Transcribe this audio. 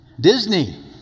Disney